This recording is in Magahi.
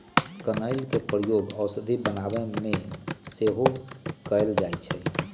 कनइल के प्रयोग औषधि बनाबे में सेहो कएल जाइ छइ